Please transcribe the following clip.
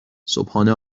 صبحانه